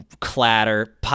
clatter